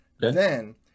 Then-